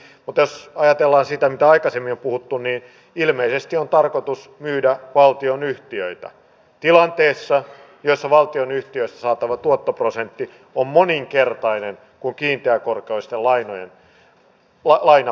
mutta jos ajatellaan sitä mitä aikaisemmin on puhuttu niin ilmeisesti on tarkoitus myydä valtionyhtiöitä tilanteessa jossa valtionyhtiöistä saatava tuottoprosentti on moninkertainen verrattuna kiinteäkorkoisten lainojen prosentteihin